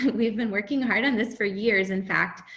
we've been working hard on this for years. in fact,